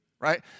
Right